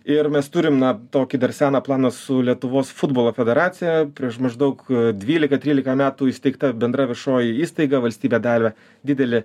ir mes turim na tokį dar seną planą su lietuvos futbolo federacija prieš maždaug dvylika trylika metų įsteigta bendra viešoji įstaiga valstybė davė didelį